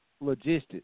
logistics